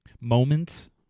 moments